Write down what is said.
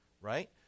right